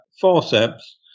forceps